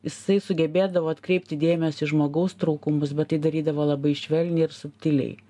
jisai sugebėdavo atkreipti dėmesį į žmogaus trūkumus bet tai darydavo labai švelniai ir subtiliai